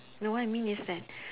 no I mean is that